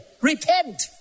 Repent